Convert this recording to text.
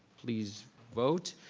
please vote,